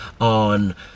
on